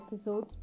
episode